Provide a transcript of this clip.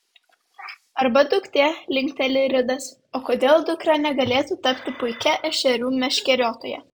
arba duktė linkteli ridas o kodėl dukra negalėtų tapti puikia ešerių meškeriotoja